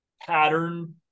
pattern